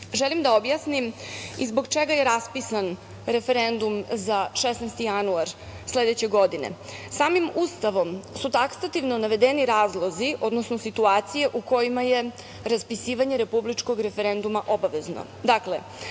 želim da objasnim i zbog čega je raspisan referendum za 16. januar sledeće godine. Samim Ustavom su taksativno navedeni razlozi, odnosno situacije u kojima je raspisivanje republičkog referenduma obavezno. Dakle,